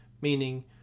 meaning